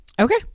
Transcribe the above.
Okay